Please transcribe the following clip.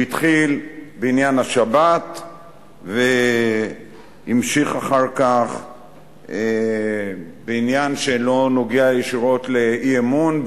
הוא התחיל בעניין השבת והמשיך אחר כך בעניין שלא נוגע ישירות באי-אמון,